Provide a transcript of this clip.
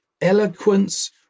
eloquence